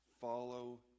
Follow